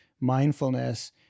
mindfulness